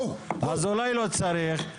אז אולי לא צריך.